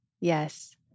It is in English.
Yes